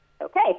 okay